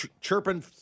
chirping